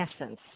essence